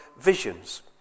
visions